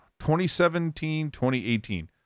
2017-2018